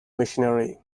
machinery